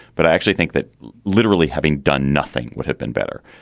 but i actually think that literally, having done nothing, would have been better.